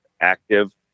active